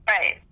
Right